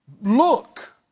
Look